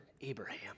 Abraham